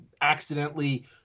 accidentally